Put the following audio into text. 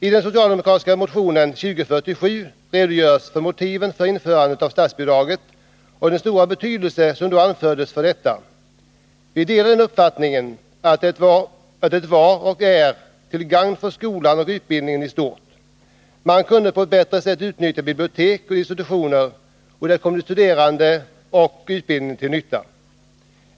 I den socialdemokratiska motionen 2047 redogörs för motiven för införandet av statsbidraget och den stora betydelse som detta då tillmättes. Vi delar den uppfattningen att statsbidraget var och är till gagn för skolan och utbildningen i stort. Man kunde på ett bättre sätt utnyttja bibliotek och institutioner. Detta kom de studerande och utbildningen till nytta.